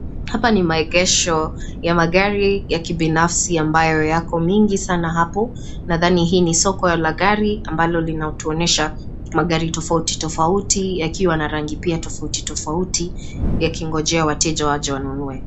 Hapa ni maegesho ya magari ya kibinafsi ambayo yako mingi sana hapo nadhani hii ni soko la gari ambalo linatuonyesha magari tofauti tofauti yakiwa na rangi pia tofauti tofauti yakingojea wateja waje wanunue.